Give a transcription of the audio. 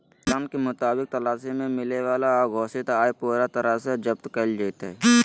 ऐलान के मुताबिक तलाशी में मिलय वाला अघोषित आय पूरा तरह से जब्त कइल जयतय